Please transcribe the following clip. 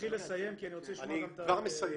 תתחיל לסיים כי אני רוצה לשמוע גם את ה --- אני כבר מסיים.